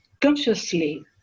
consciously